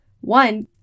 One